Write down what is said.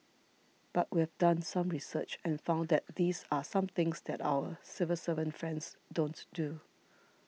but we've done some research and found that these are some things that our civil servant friends don't do